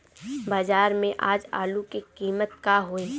बाजार में आज आलू के कीमत का होई?